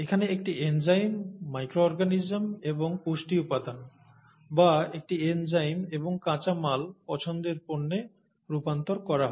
এখানে একটি enzyme microorganism এবং পুষ্টি উপাদান বা একটি এনজাইম এবং কাঁচামাল পছন্দের পণ্যে রূপান্তর করা হয়